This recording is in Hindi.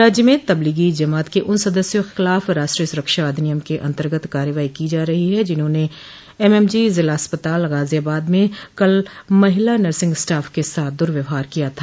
राज्य में तब्लीगी जमात के उन सदस्यों के खिलाफ राष्ट्रीय सुरक्षा अधिनियम के अंतर्गत कार्रवाई की जा रही है जिन्होंने एमएमजी जिला अस्पताल गाजियाबाद में कल महिला नर्सिंग स्टाफ के साथ दुर्व्यहार किया था